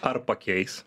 ar pakeis